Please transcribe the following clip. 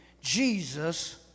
Jesus